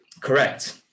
Correct